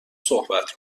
صحبت